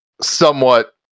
Somewhat